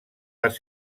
les